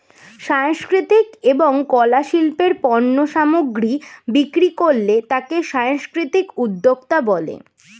সাংস্কৃতিক এবং কলা শিল্পের পণ্য সামগ্রী বিক্রি করলে তাকে সাংস্কৃতিক উদ্যোক্তা বলে